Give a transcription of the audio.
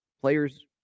players